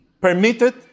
permitted